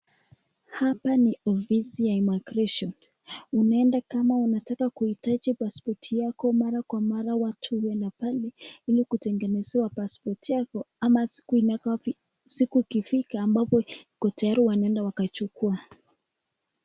Hapa ni ofisi ya Immigration unaenda kama unataka kuhitaji pasipoti yako, mara kwa mara watu huenda pale ili kutengenezewa pasipoti yako ama siku ikifika ambapo iko tayari wanaenda wakachukua.